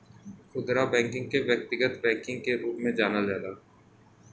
खुदरा बैकिंग के व्यक्तिगत बैकिंग के रूप में जानल जाला